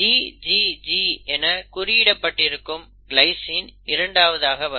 GGG என குறியிடப்பட்டிருக்கும் கிளைஸின் இரண்டாவதாக வரும்